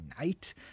Night